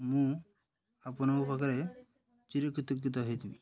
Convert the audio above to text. ମୁଁ ଆପଣଙ୍କ ପାଖରେ ଚିର କୃତକୃତ ହେଇଥିବି